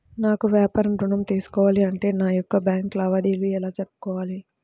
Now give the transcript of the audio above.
నాకు వ్యాపారం ఋణం తీసుకోవాలి అంటే నా యొక్క బ్యాంకు లావాదేవీలు ఎలా జరుపుకోవాలి?